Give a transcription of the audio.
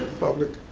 public.